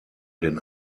den